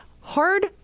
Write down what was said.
hard